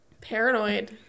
paranoid